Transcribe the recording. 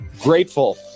Grateful